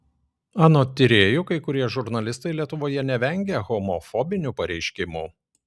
anot tyrėjų kai kurie žurnalistai lietuvoje nevengia homofobinių pareiškimų